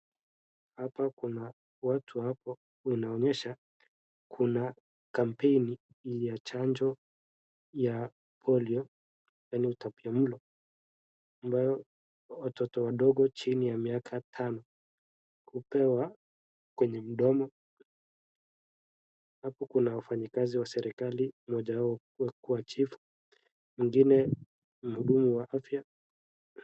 Hapa kuna watu hapo inaonyesha kuna kampeni ya chanjo ya polio yani utapia mlo ambayo watoto wadogo chini ya miaka tano hupewa kwenye mdomo halafu kuna wafanyikazi wa serikali, mmoja wao hukuwa chief mwingine mhudumu wa afya.